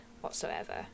whatsoever